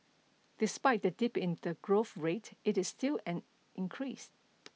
despite the dip in the growth rate it is still an increase